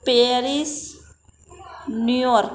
Paris New York